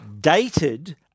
dated